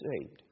saved